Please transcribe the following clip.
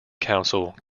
council